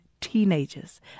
teenagers